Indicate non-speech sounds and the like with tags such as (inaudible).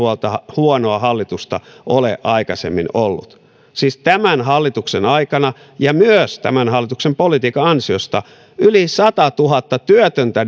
huonoa hallitusta ole aikaisemmin ollut siis tämän hallituksen aikana ja myös tämän hallituksen politiikan ansiosta yli satatuhatta työtöntä (unintelligible)